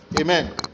Amen